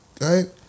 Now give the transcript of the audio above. right